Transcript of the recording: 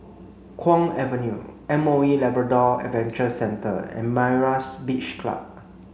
Kwong Avenue M O E Labrador Adventure Centre and Myra's Beach Club